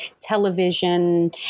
television